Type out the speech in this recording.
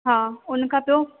हा उन खां पोइ